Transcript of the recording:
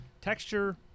texture